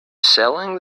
selling